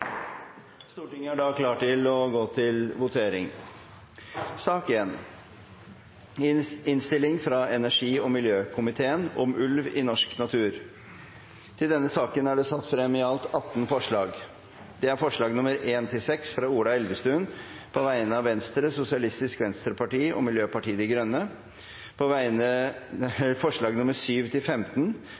Stortinget klar til å gå til votering. Under debatten er det satt frem i alt 18 forslag. Det er forslagene nr. 1–6, fra Ola Elvestuen på vegne av Venstre, Sosialistisk Venstreparti og Miljøpartiet De Grønne forslagene nr. 7–15, fra Marit Arnstad på vegne av Senterpartiet forslagene nr. 16–18, fra Geir Pollestad på vegne av Senterpartiet Det voteres først over forslagene nr. 7–18, fra Senterpartiet. Forslag